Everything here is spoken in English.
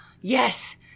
Yes